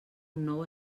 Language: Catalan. nou